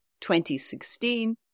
2016